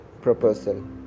proposal